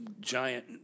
giant